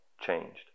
changed